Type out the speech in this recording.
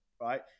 right